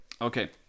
Okay